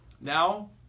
Now